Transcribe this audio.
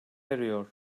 eriyor